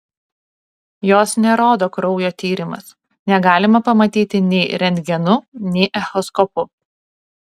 jos nerodo kraujo tyrimas negalima pamatyti nei rentgenu nei echoskopu